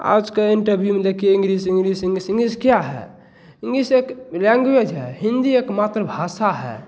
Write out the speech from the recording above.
आजके इंटरभ्यू में देखिए इंग्रीस इंग्रीस इंग्रीस इंग्रीस क्या है इंग्रीस एक लैंग्वेज है हिंदी एक मातृभाषा है